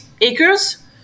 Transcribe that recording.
acres